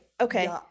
Okay